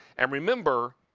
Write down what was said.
and remember,